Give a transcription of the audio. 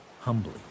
humbly